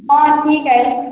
हॅं ठीक है